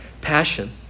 passion